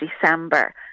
December